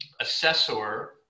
assessor